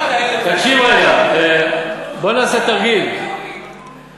תקשיב רגע, בוא נעשה תרגיל, כן.